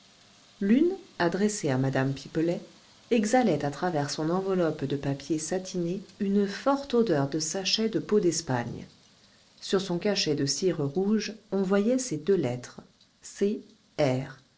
l'une adressée à mme pipelet exhalait à travers son enveloppe de papier satiné une forte odeur de sachet de peau d'espagne sur son cachet de cire rouge on voyait ces deux lettres c r